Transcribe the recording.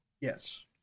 Yes